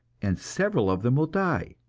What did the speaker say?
and several of them will die.